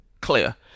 Clear